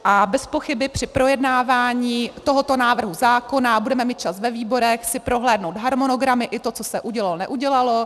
A bezpochyby při projednávání tohoto návrhu zákona budeme mít čas ve výborech si prohlédnout harmonogramy i to, co se udělalo, neudělalo.